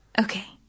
Okay